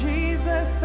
Jesus